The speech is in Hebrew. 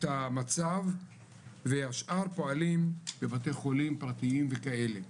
המצב והשאר פועלים בבתי חולים פרטיים וכאלה,